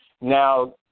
Now